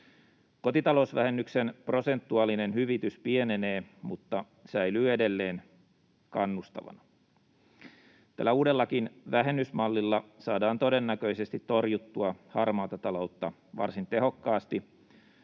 Kotitalousvähennyksen prosentuaalinen hyvitys pienenee mutta säilyy edelleen kannustavana. Tällä uudellakin vähennysmallilla saadaan todennäköisesti torjuttua harmaata taloutta varsin tehokkaasti,